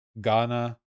Ghana